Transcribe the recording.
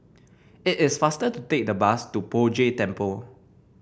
it is faster to take the bus to Poh Jay Temple